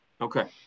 Okay